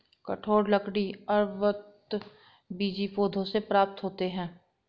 कठोर लकड़ी आवृतबीजी पौधों से प्राप्त होते हैं